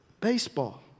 baseball